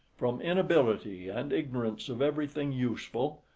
from inability, and ignorance of everything useful,